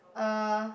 uh